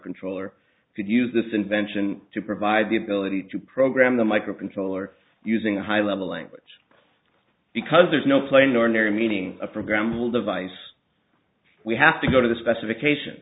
controller could use this invention to provide the ability to program the microcontroller using a high level language because there's no plain ordinary meaning a program will devise we have to go to the specification